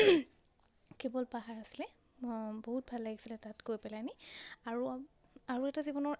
কেৱল পাহাৰ আছিলে বহুত ভাল লাগিছিলে তাত গৈ পেলাহেনি আৰু আৰু এটা জীৱনৰ